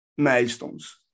Milestones